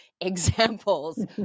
examples